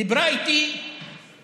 דיברה איתי מורה,